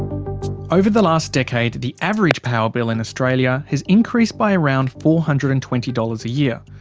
over the last decade the average power bill in australia has increased by around four hundred and twenty dollars a year.